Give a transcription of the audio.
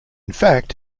fact